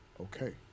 okay